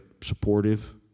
supportive